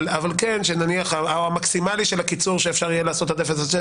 אבל המקסימלי של הקיצור שאפשר יהיה לעשות אפס עד שש,